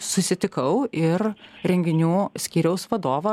susitikau ir renginių skyriaus vadovą